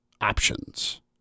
options